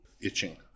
itching